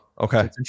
okay